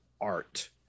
art